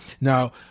Now